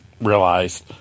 realized